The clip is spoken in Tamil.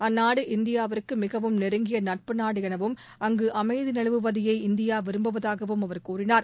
அந்நாடு இந்தியாவுக்கு மிகவும் நெருங்கிய நட்பு நாடு எனவும் அங்கு அமைதி நிலவுவதையே இந்தியா விரும்புவதாகவும் அவர் கூறினார்